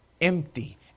empty